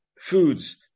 foods